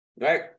Right